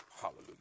Hallelujah